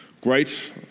great